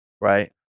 Right